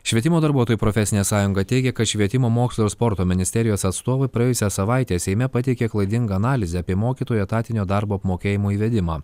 švietimo darbuotojų profesinė sąjunga teigia kad švietimo mokslo ir sporto ministerijos atstovai praėjusią savaitę seime pateikė klaidingą analizę apie mokytojų etatinio darbo apmokėjimo įvedimą